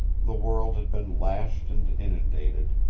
the world had been lashed and inundated,